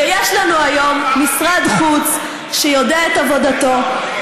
ויש לנו היום משרד חוץ שיודע את עבודתו,